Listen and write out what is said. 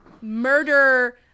murder